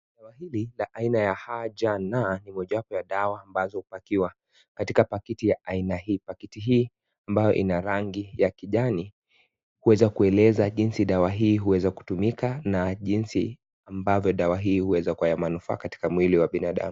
Dawa hili ambacho ni aina ya AJN ni mojawapo ya dawa ya kupakiwa katika paketi aina hii. Paketi hii ambayo ina rangi ya kijani hueza kueleza jinsi dawa hii huweza kutumika na jinsi ambavyo dawa hii huweza kwa ya manufaa katika mwili wa binadamu.